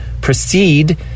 proceed